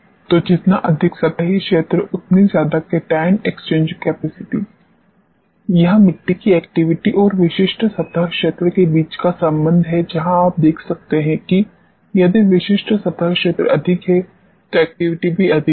तो जितना अधिक सतही क्षेत्र उतनी ज्यादा केटायन एक्सचेंज कैपेसिटी यह मिट्टी की एक्टिविटी और विशिष्ट सतह क्षेत्र के बीच का संबंध है जहां आप देख सकते हैं कि यदि विशिष्ट सतह क्षेत्र अधिक है तो एक्टिविटी भी अधिक है